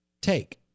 take